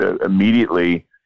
immediately